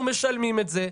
אנחנו משלמים את זה.